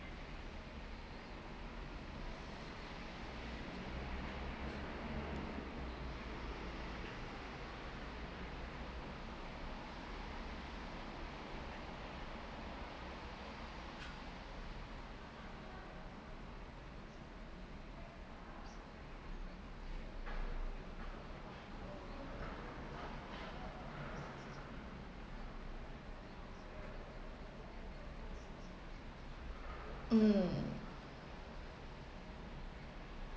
mm